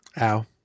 Ow